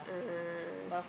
ah